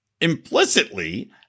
implicitly